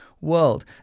world